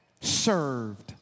served